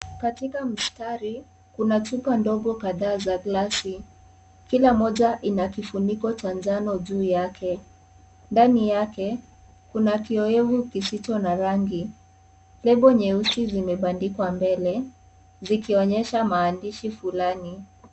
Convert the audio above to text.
Katika mstari, kuna chupa ndogo kadhaa za glasi. Kila moja ina kifuniko cha njano juu yake. Ndani yake kuna kiyowevu kisicho na rangi. Lebo nyeusi zimebandikwa mbele, zikionyesha maandishi fulani.